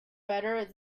better